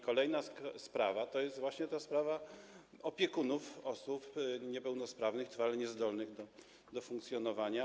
Kolejna sprawa to właśnie kwestia opiekunów osób niepełnosprawnych, trwale niezdolnych do funkcjonowania.